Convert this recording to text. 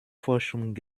forschung